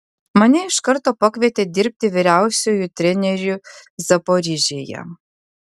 mane iš karto pakvietė dirbti vyriausiuoju treneriu zaporižėje